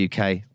uk